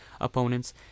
opponents